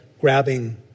grabbing